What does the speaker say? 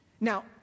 Now